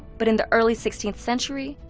but in the early sixteenth century,